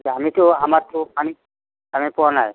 আমিতো আমাৰতো আানী আমি পোৱা নাই